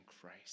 Christ